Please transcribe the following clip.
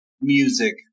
music